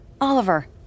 Oliver